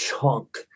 chunk